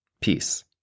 Peace